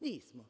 Nismo.